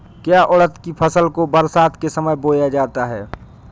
क्या उड़द की फसल को बरसात के समय बोया जाता है?